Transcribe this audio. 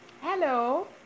Hello